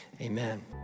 Amen